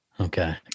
Okay